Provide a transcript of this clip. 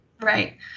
Right